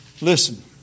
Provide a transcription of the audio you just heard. Listen